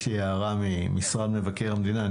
יש לי הערה ממשרד מבקר המדינה.